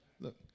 look